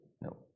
No